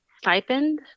stipend